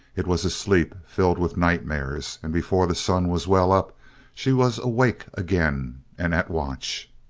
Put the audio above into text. it was a sleep filled with nightmares and before the sun was well up she was awake again, and at watch.